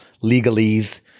legalese